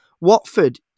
Watford